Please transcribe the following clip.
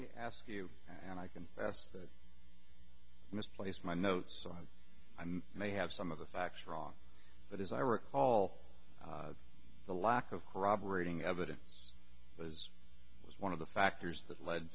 me ask you and i can ask the misplaced my notes on i'm may have some of the facts wrong but as i recall the lack of corroborating evidence was was one of the factors that led